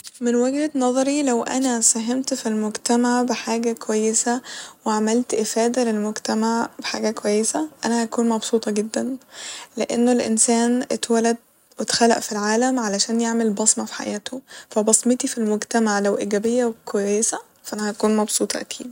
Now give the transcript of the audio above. من وجهة نظري لو أنا ساهمت ف المجتمع بحاجة كويسة وعملت افادة للمجتمع بحاجة كويسة أنا هكون مبسوطة جدا لإنه الانسان اتولد واتخلق ف العالم علشان يعمل بصمة ف حياته فبصمتي ف المجتمع لو ايجابية وكويسة ف أنا هكون مبسوطة أكيد